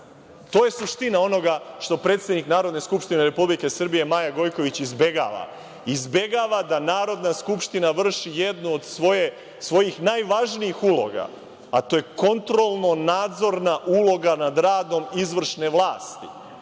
To je suština onoga što predsednik Narodne skupštine Republike Srbije, Maja Gojković, izbegava. Izbegava da Narodna skupština vrši jednu od svojih najvažnijih uloga, a to je kontrolno-nadzorna uloga nad radom izvršne vlasti,